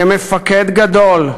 כמפקד גדול,